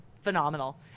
Phenomenal